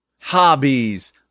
hobbies